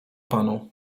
panu